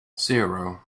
zero